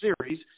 Series